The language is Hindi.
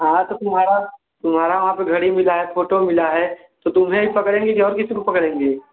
हाँ तो तुम्हारा तुम्हारा वहाँ पर घड़ी मिला है फोटो मिला है तो तुम्हें ही पकड़ेंगे की और किसी को पकड़ेंगे